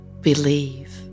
believe